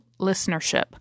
listenership